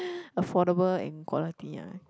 affordable and quality ah